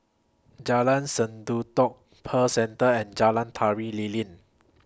Jalan Sendudok Pearl Centre and Jalan Tari Lilin